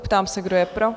Ptám se, kdo je pro?